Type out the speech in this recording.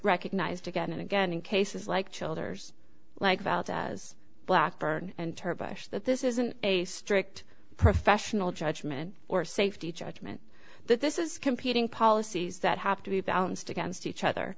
recognized again and again in cases like childers like valdez blackburn and turbo that this isn't a strict professional judgment or safety judgment that this is competing policies that have to be balanced against each other